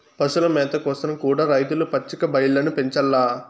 పశుల మేత కోసరం కూడా రైతులు పచ్చిక బయల్లను పెంచాల్ల